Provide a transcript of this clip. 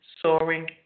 soaring